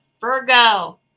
Virgo